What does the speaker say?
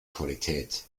qualität